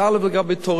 לגבי תורים,